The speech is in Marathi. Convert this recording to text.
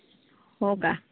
हो का